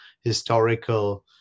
historical